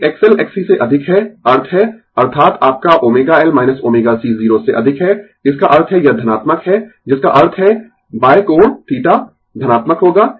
यदि XL Xc से अधिक है अर्थ है अर्थात आपका ω L ω c 0 से अधिक है इसका अर्थ है यह धनात्मक है जिसका अर्थ है कोण θ धनात्मक होगा